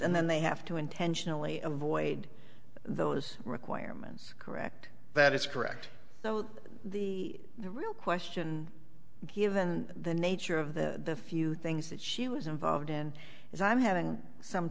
and then they have to intentionally avoid those requirements correct that is correct so the real question given the nature of the few things that she was involved in is i'm having some